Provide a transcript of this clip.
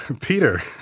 Peter